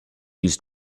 used